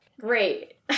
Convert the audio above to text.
Great